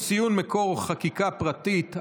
ציון מקור חקיקה פרטית),